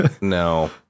No